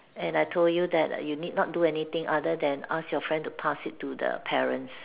and I told you that you need not to do anything other than asking your friends to pass it to the parents